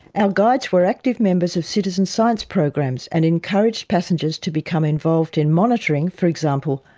our guides were active members of citizen science programs and encouraged passengers to become involved in monitoring, for example,